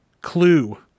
Clue